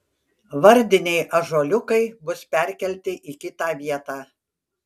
vardiniai ąžuoliukai bus perkelti į kitą vietą